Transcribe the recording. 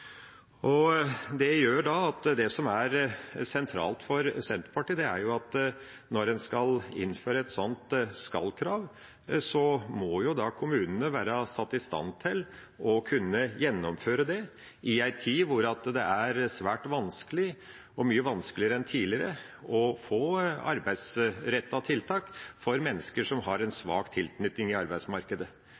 Det gjør at det som er sentralt for Senterpartiet, er at når en skal innføre et sånt skal-krav, må kommunene være satt i stand til å kunne gjennomføre det, i en tid hvor det er svært vanskelig – og mye vanskeligere enn tidligere – å få arbeidsrettede tiltak for mennesker som har en svak tilknytning til arbeidsmarkedet.